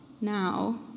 now